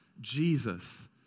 Jesus